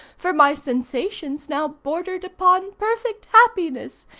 for my sensations now bordered upon perfect happiness,